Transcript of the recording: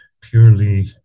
purely